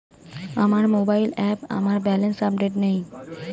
আমার মোবাইল অ্যাপে আমার ব্যালেন্স আপডেটেড নেই